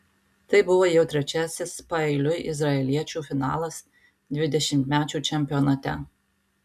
tai buvo jau trečiasis paeiliui izraeliečių finalas dvidešimtmečių čempionate